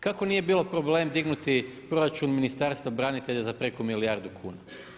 Kako nije bilo problem dignuti proračun Ministarstva branitelja za preko milijardu kuna?